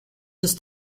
ist